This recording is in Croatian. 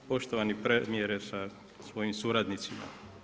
poštovani premijere sa svojim suradnicima.